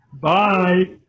Bye